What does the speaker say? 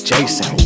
Jason